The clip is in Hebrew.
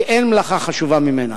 כי אין לך חשובה ממנה.